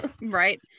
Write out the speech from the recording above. Right